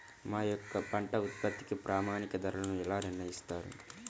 మా యొక్క పంట ఉత్పత్తికి ప్రామాణిక ధరలను ఎలా నిర్ణయిస్తారు?